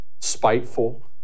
spiteful